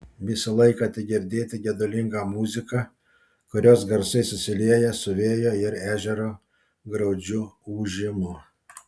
visą laiką tik girdėti gedulinga muzika kurios garsai susilieja su vėjo ir ežero graudžiu ūžimu